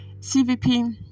cvp